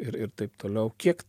ir ir taip toliau kiek